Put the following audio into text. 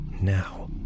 now